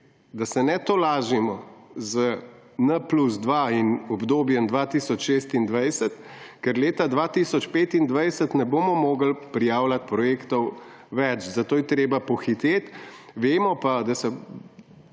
da se ne tolažimo z N+2 in obdobjem 2026, ker leta 2025 ne bomo mogli prijavljati projektov več, zato je treba pohiteti. Vemo pa, da so